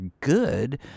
good